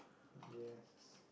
yes